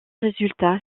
résultat